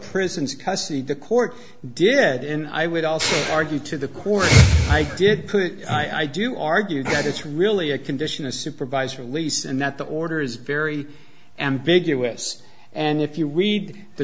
prisons custody the court did in i would also argue to the court i did put i do argue that it's really a condition of supervised release and that the order is very ambiguous and if you read the